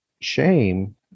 shame